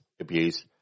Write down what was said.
abuse